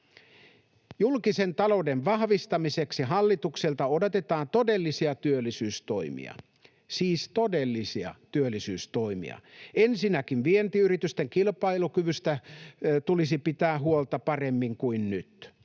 Julkisen talouden vahvistamiseksi hallitukselta odotetaan todellisia työllisyystoimia, siis todellisia työllisyystoimia: Ensinnäkin vientiyritysten kilpailukyvystä tulisi pitää huolta paremmin kuin nyt.